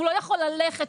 הוא לא יכול ללכת,